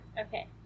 Okay